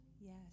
Yes